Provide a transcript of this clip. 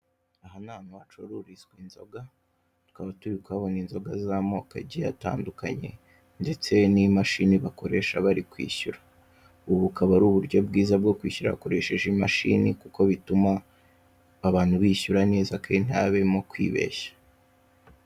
aha nahantu hacururizwa inzoga tukaba turi kuhabona inzoga zamoko agiye atandukanye ndetse n'imashini bakoresha bari kwishyura ubu bukaba ari uburyo bwiza bwo kwishyura hakoresheje imashini kuko bituma abantu bishyura neza kandi ntihabemo kwibeshya.